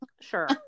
sure